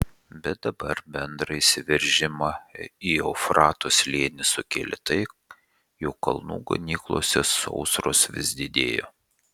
bet dabar bendrą įsiveržimą į eufrato slėnį sukėlė tai jog kalnų ganyklose sausros vis didėjo